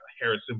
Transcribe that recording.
Harrison